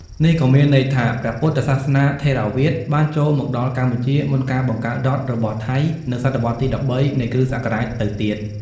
នេះក៏មានន័យថា ព្រះពុទ្ធសាសនាថេរវាទបានចូលមកដល់កម្ពុជាមុនការបង្កើតរដ្ឋរបស់ថៃនៅសតវត្សរ៍ទី ១៣ នៃគ្រិស្តសករាជទៅទៀត។